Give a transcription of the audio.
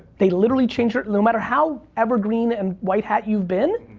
they literally change it, no matter how evergreen and white hat you've been,